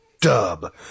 Dub